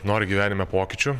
nori gyvenime pokyčių